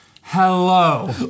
hello